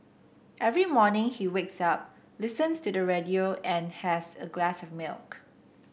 every morning he wakes up listens to the radio and has a glass of milk